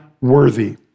worthy